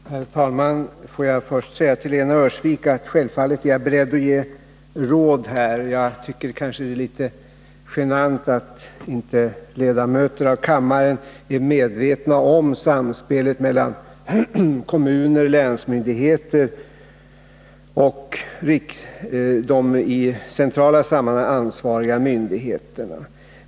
Herr talman! Får jag först säga till Lena Öhrsvik att jag självfallet är 23 november 1981 beredd att ge råd. Det är kanske litet genant att kammarledamöterna inte är medvetna om samspelet mellan kommuner, länsmyndigheter och i centrala sammanhang ansvariga myndigheter.